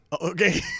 Okay